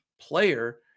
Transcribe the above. player